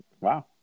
Wow